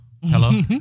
Hello